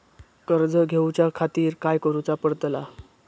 कर्ज घेऊच्या खातीर काय करुचा पडतला?